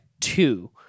two